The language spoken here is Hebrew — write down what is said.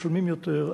משלמים יותר,